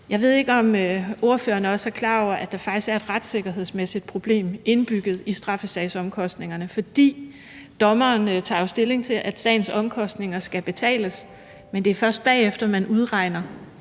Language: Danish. Jeg ved ikke, om ordføreren også er klar over, at der faktisk er et retssikkerhedsmæssigt problem indbygget i straffesagsomkostningerne. For dommeren tager jo stilling til, at sagens omkostninger skal betales, men det er jo først bagefter, man udregner,